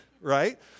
right